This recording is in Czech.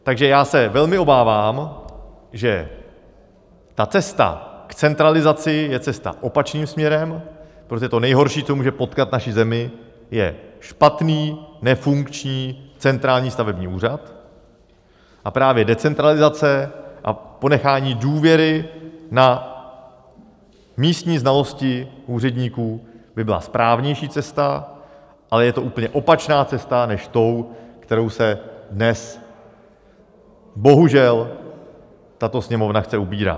Takže já se velmi obávám, že cesta k centralizaci je cesta opačným směrem, protože to nejhorší, co může potkat naši zemi, je špatný, nefunkční, centrální stavební úřad, a právě decentralizace a ponechání důvěry na místní znalosti úředníků by byla správnější cesta, ale je to úplně opačná cesta než ta, kterou se dnes bohužel tato Sněmovna chce ubírat.